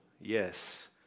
Yes